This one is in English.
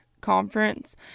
conference